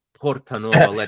Portanova